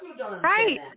Right